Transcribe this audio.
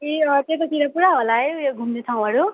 ए त्यतातिर पुरा होला है ऊ यो घुम्ने ठाउँहरू